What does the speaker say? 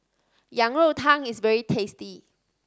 Yang Rou Tang is very tasty